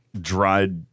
dried